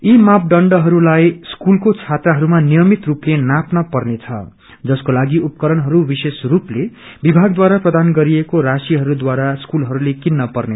यी मापदण्डहरूलाई स्कूलको छात्रहरूमा यिमित स्रपले नाप्न पर्ने छ जसको लागि उपकरणहरू विशेष रूपले विभागद्वारा प्रदान गरिएको राशिद्वारा स्कूलहरूले किन्न पर्नेछ